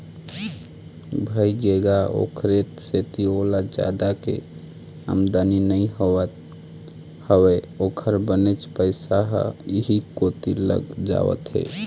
भइगे गा ओखरे सेती ओला जादा के आमदानी नइ होवत हवय ओखर बनेच पइसा ह इहीं कोती लग जावत हे